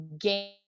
game